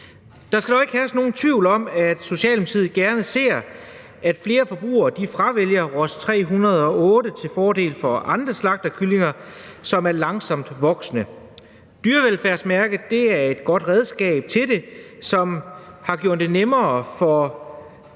Der skal dog ikke herske nogen tvivl om, at Socialdemokratiet gerne ser, at flere forbrugere fravælger Ross 308 til fordel for andre slagtekyllinger, som er langsomtvoksende. Dyrevelfærdsmærket er et godt redskab til det, som har gjort det nemmere for